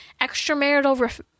extramarital